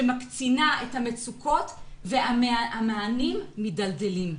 שמקצינה את המצוקות והמענים מידלדלים.